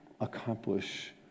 accomplish